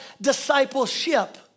discipleship